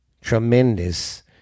tremendous